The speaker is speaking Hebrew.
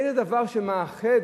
איזה דבר שמאחד,